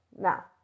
Now